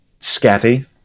scatty